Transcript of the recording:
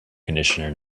conditioner